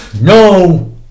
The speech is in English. No